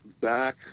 back